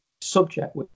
subject